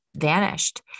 vanished